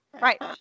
Right